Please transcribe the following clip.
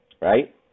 right